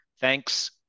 Thanks